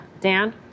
Dan